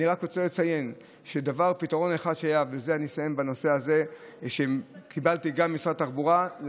אני רק רוצה לציין שפתרון אחד שהיה שקיבלתי ממשרד התחבורה,